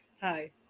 hi